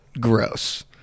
Gross